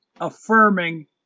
affirming